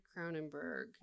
Cronenberg